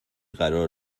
قرار